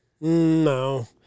No